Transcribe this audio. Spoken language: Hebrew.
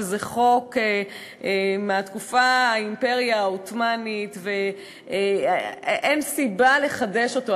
שזה חוק מתקופת האימפריה העות'מאנית ואין סיבה לחדש אותו.